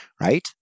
right